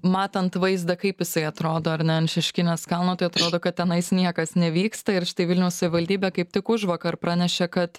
matant vaizdą kaip jisai atrodo ar ne ant šeškinės kalno tai atrodo kad tenais niekas nevyksta ir štai vilniaus savivaldybė kaip tik užvakar pranešė kad